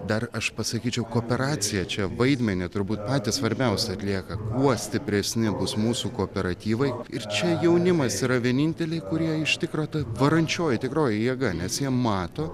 dar aš pasakyčiau kooperacija čia vaidmenį turbūt patį svarbiausią atlieka kuo stipresni bus mūsų kooperatyvai ir čia jaunimas yra vieninteliai kurie iš tikro ta varančioji tikroji jėga nes jie mato